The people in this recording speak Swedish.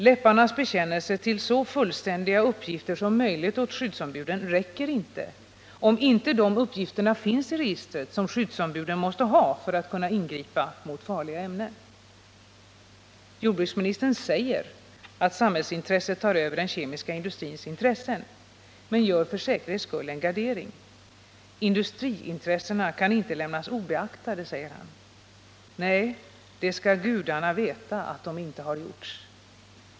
Läpparnas bekännelse till så fullständiga uppgifter som möjligt åt skyddsombuden räcker inte, om inte de uppgifter finns i registret som skyddsombuden måste ha för att kunna ingripa mot farliga ämnen. Jordbruksministern säger att samhällsintresset tar över den kemiska industrins intressen, men han gör för säkerhets skull en gardering. Industriintressena kan inte lämnas obeaktade, säger han. Nej, gudarna skall veta att så inte varit fallet!